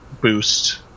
boost